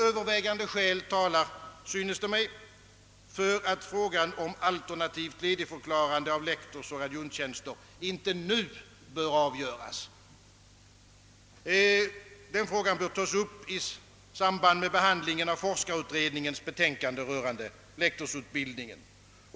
Övervägande skäl synes mig tala för att frågan om alternativt ledigförklarande av lektorsoch adjunktstjänster inte bör avgöras nu, utan att denna fråga bör tas upp i samband med behandlingen av forskarutredningens betänkande rörande lektorsutbildningen.